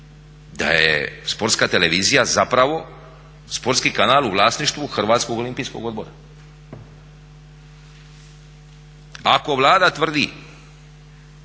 da je Sportska televizija zapravo sportski kanal u vlasništvu HOO-a. Ako Vlada tvrdi